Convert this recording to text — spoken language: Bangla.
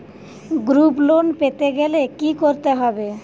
গ্রুপ লোন পেতে গেলে কি করতে হবে?